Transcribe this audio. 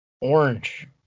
Orange